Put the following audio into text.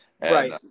Right